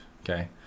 Okay